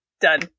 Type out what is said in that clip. done